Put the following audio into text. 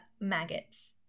maggots